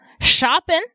shopping